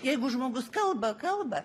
jeigu žmogus kalba kalba